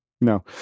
no